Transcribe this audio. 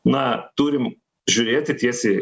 na turim žiūrėti tiesiai